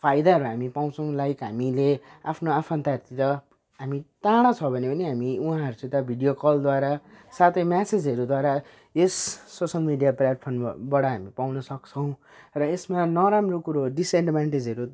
फाइदाहरू हामी पाउँछौँ लाइक हामीले आफ्नो आफन्तहरूतिर हामी टाढा छ भने पनि हामी उहाँहरूसित भिडियो कलद्वारा साथै मेसेजहरूद्वारा यस सोसल मिडिया प्लेटफर्मबाट हामी पाउनसक्छौँ र यसमा नराम्रो कुरो डिसएडभान्टेजहरू